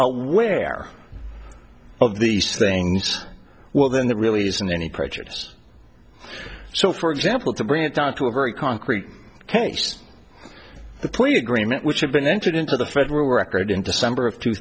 aware of these things well then there really isn't any prejudice so for example to bring it down to a very concrete case the point agreement which had been entered into the federal records in december of two